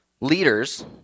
leaders